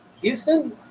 Houston